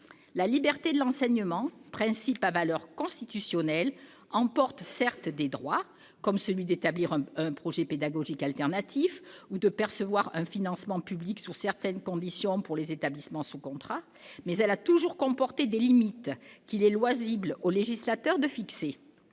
La liberté de l'enseignement, principe à valeur constitutionnelle, emporte certes des droits, comme celui d'établir un projet pédagogique alternatif ou de percevoir un financement public sous certaines conditions pour les établissements sous contrat, mais elle a toujours comporté des limites, qu'il est loisible au législateur de fixer.